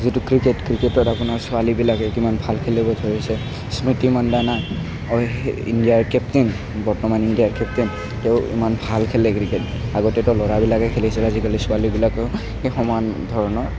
যিটো ক্ৰিকেট ক্ৰিকেটত আপোনাৰ ছোৱালীবিলাকে কিমান ভাল খেলিব ধৰিছে স্মৃতি মাণ্ডানা সেই ইণ্ডিয়াৰ কেপ্তেইন বৰ্তমান ইণ্ডিয়াৰ কেপ্তেইন তেওঁ ইমান ভাল খেলে ক্ৰিকেট আগতেটো ল'ৰাবিলাকে খেলিছিল আজিকালি ছোৱালীবিলাকেও সেই সমান ধৰণৰ